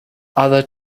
other